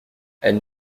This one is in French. elles